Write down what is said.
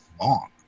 long